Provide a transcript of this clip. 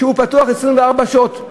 שיהיה פתוח 24 שעות.